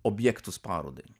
objektus parodai